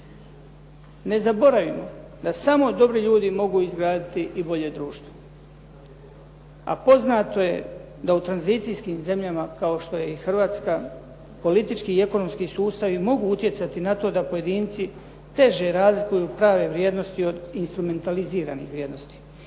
Ne zaboravimo da samo dobri ljudi mogu izgraditi i bolje društvo. A poznato je da u tranzicijskim zemljama kao što je i Hrvatska politički i ekonomski sustavi mogu utjecati na to da pojedinci teže razlikuju prave vrijednosti od instrumentaliziranih vrijednosti